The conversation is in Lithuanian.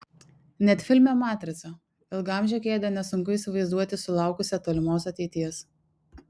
net filme matrica ilgaamžę kėdę nesunku įsivaizduoti sulaukusią tolimos ateities